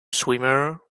swimmer